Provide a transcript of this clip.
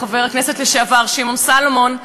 חבר הכנסת לשעבר שמעון סולומון,